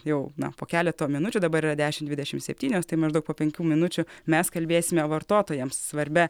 jau na po keleto minučių dabar yra dešimt dvidešimt septynios tai maždaug po penkių minučių mes kalbėsime vartotojams svarbia